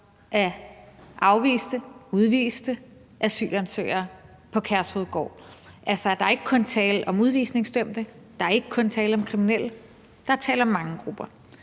af afviste og udviste asylansøgere på Kærshovedgård. Der er ikke kun tale om udvisningsdømte, og der er ikke kun tale om kriminelle; der er tale om mange grupper.